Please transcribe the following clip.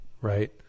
right